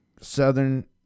southern